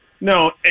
No